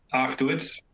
afterwards.